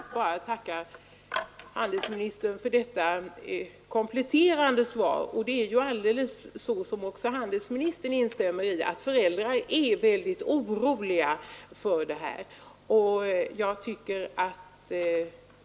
Herr talman! Jag vill tacka handelsministern för detta kompletterande svar. Som handelsministern också sade är föräldrar mycket oroliga för den här reklamen.